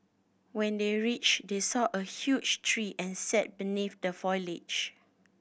when they reached they saw a huge tree and sat beneath the foliage